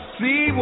see